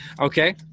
Okay